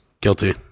Guilty